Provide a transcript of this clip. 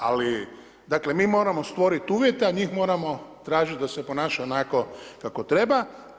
Ali, dakle, mi moramo stvoriti uvjete, a njih moramo tražiti da se ponaša onako kako treba.